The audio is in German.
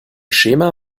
schema